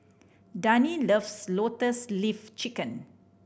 Dani loves Lotus Leaf Chicken